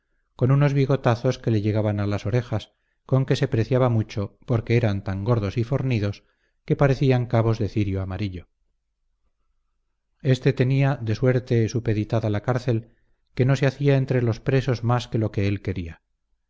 con unos bigotazos que le llegaban a las orejas con que se preciaba mucho porque eran tan gordos y fornidos que parecían cabos de cirio amarillo éste tenía de suerte supeditada la cárcel que no se hacía entre los presos más de lo que él quería